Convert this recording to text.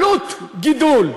עלות גידול,